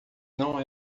não